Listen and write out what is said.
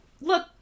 look